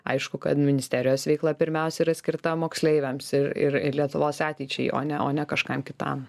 aišku kad ministerijos veikla pirmiausia yra skirta moksleiviams ir ir ir lietuvos ateičiai o ne o ne kažkam kitam